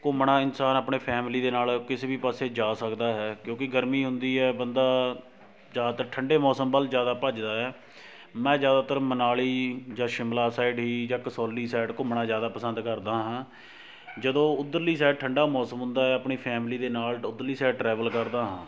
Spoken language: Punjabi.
ਘੁੰਮਣਾ ਇਨਸਾਨ ਆਪਣੇ ਫੈਮਲੀ ਦੇ ਨਾਲ ਕਿਸੇ ਵੀ ਪਾਸੇ ਜਾ ਸਕਦਾ ਹੈ ਕਿਉਂਕਿ ਗਰਮੀ ਹੁੰਦੀ ਹੈ ਬੰਦਾ ਜ਼ਿਆਦਾਤਰ ਠੰਡੇ ਮੌਸਮ ਵੱਲ ਜ਼ਿਆਦਾ ਭੱਜਦਾ ਏ ਆ ਮੈਂ ਜ਼ਿਆਦਾਤਰ ਮਨਾਲੀ ਜਾਂ ਸ਼ਿਮਲਾ ਸਾਈਡ ਜਾਂ ਕਸੌਲੀ ਸਾਈਡ ਘੁੰਮਣਾ ਜ਼ਿਆਦਾ ਪਸੰਦ ਕਰਦਾ ਹਾਂ ਜਦੋਂ ਉੱਧਰਲੀ ਸਾਈਡ ਠੰਡਾ ਮੌਸਮ ਹੁੰਦਾ ਆਪਣੀ ਫੈਮਲੀ ਦੇ ਨਾਲ਼ ਉੱਧਰਲੀ ਸਾਈਡ ਟਰੈਵਲ ਕਰਦਾ ਹਾਂ